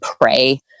pray